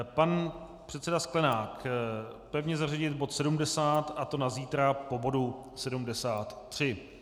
Pan předseda Sklenák pevně zařadit bod 70, a to na zítra po bodu 73.